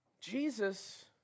Jesus